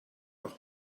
nach